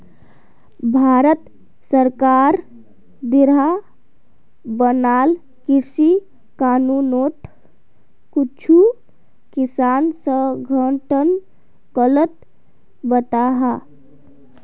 भारत सरकार द्वारा बनाल कृषि कानूनोक कुछु किसान संघठन गलत बताहा